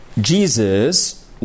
Jesus